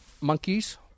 Monkeys